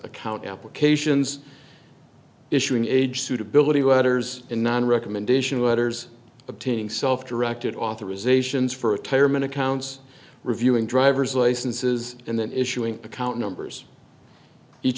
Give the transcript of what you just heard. account applications issuing age suitability letters in one recommendation letters obtaining self directed authorizations for retirement accounts reviewing driver's licenses and then issuing account numbers each